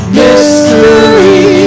mystery